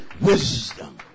wisdom